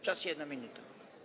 Czas - 1 minuta.